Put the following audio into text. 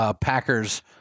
Packers